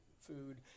food